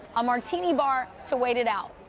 a martini bar to wait it out.